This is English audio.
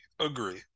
Agree